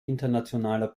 internationaler